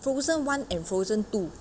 frozen one and frozen two